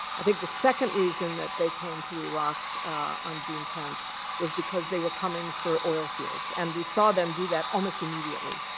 i think the second reason that they came to iraq on june tenth was because they were coming for oil fields. and we saw them do that almost immediately.